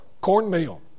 Cornmeal